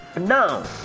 Now